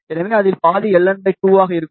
எனவே அதில் பாதி Ln 2 ஆக இருக்கும்